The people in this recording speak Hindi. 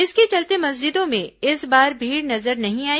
इसके चलते मस्जिदों में इस बार भीड़ नजर नहीं आई